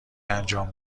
انجام